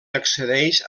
accedeix